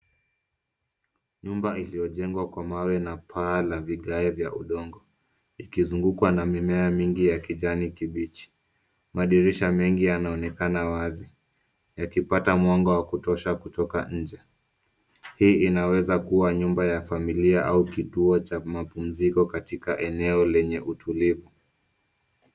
Nyumba iliyojengwa kwa mawe na paa la vigae vya udongo, ikizungukwa na mimea mingi ya kijani kibichi. Madirisha mengi yanaonekana wazi, yakipata mwanga wa kutosha kutoka nje. Hii inaweza kua nyumba ya familia au kituo cha mapumziko katika eneo lenye utulivu.